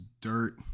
dirt